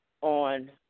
on